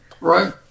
Right